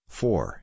four